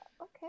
Okay